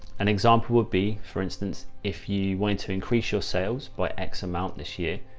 an example would be, for instance, if you went to increase your sales by x amount this year,